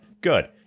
good